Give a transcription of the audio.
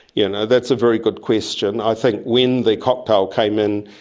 you know that's a very good question. i think when the cocktail came in,